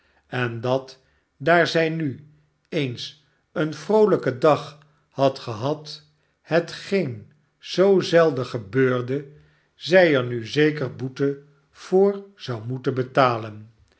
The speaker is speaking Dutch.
en dat daar zij nu eens een vroolijken dag had gehad hetgeen zoo zelden gebeurde zij er nu zeker boete voor zou moeten betalen